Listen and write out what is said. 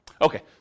okay